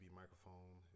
microphone